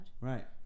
Right